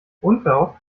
unverhofft